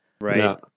Right